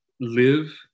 live